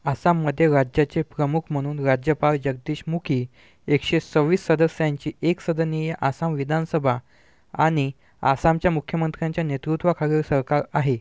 आसाममध्ये राज्याचे प्रमुख म्हणून राज्यपाल जगदीश मुखी एकशे सव्वीस सदस्यांची एकसदनीय आसाम विधानसभा आणि आसामच्या मुख्यमंत्र्यांच्या नेतृत्वाखालील सरकार आहे